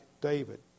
David